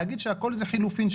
להגיד שהכול זה חילופין,